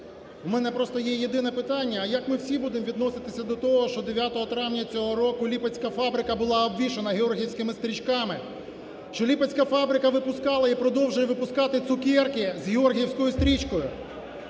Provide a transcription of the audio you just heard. просто є єдине питання, а як ми всі будемо відноситися до того, що 9 травня цього року Липецька фабрика була обвішана георгіївськими стрічками, що Липецька фабрика випускала і продовжує випускати цукерки з георгіївською стрічною,